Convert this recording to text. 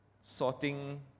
sorting